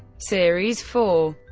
series four